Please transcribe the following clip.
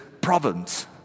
province